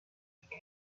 catch